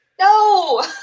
No